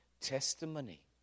testimony